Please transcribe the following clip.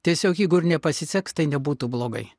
tiesiog jeigu ir nepasiseks tai nebūtų blogai